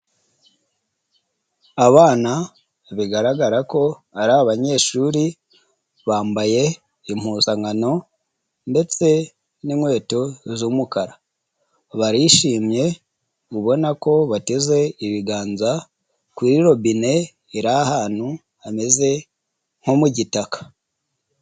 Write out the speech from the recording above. Abana bigaragara ko ari abanyeshuri, bambaye impuzankano ndetse n'inkweto z'umukara, barishimye ubona ko bateze ibiganza kuri robine iri ahantu hameze nko mu gitaka.